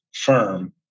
firm